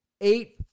Eight